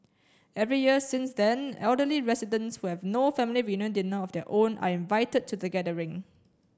every year since then elderly residents who have no family reunion dinner of their own are invited to the gathering